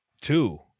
two